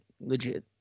legit